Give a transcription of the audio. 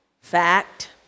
Fact